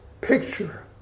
picture